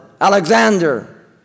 Alexander